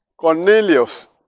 Cornelius